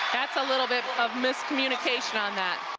that's a little bit of miscommunication on that.